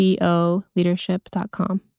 co-leadership.com